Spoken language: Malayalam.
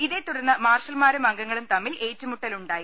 ഇതേതുടർന്ന് മാർഷൽമാരും അംഗങ്ങളും തമ്മിൽ ഏറ്റുമുട്ടലുണ്ടായി